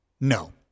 No